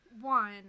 one